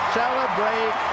celebrate